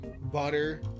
butter